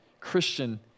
Christian